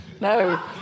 No